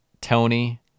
Tony